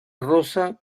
rosa